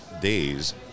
days